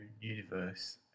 universe